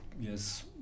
Yes